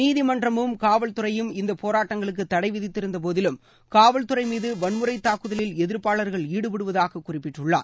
நீதிமன்றமும் காவல்துறையும் இந்தப் போராட்டங்களுக்கு தடை விதித்திருந்தபோதிலும் காவல்துறை மீது வன்முறைத் தாக்குதலில் எதிர்ப்பாளர்கள் ஈடுபடுவதாக குறிப்பிட்டுள்ளார்